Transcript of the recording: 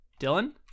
dylan